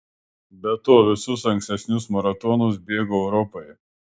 be to visus ankstesnius maratonus bėgau europoje